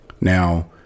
Now